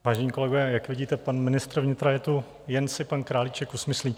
Vážení kolegové, jak vidíte, pan ministr vnitra je tu, jen si pan Králíček usmyslí.